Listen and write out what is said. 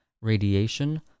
radiation